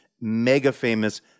mega-famous